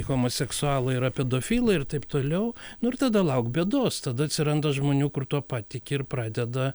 homoseksualai yra pedofilai ir taip toliau nu ir tada lauk bėdos tada atsiranda žmonių kur tuo patiki ir pradeda